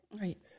Right